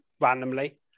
randomly